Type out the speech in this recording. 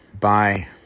Bye